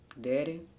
daddy